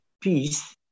peace